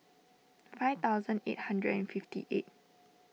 five thousand eight hundred and fifty eight